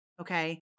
Okay